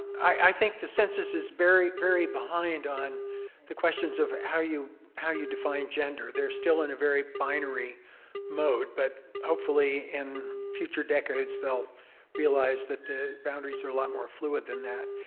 i think the census is very very behind on the questions of how you how you define gender. they're still in a very binary mode. but hopefully in future decades, they'll realize that the boundaries are a lot more fluid than that.